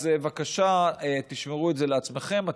אז בבקשה, תשמרו את זה לעצמכם.